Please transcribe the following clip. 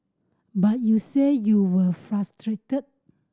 but you said you were frustrated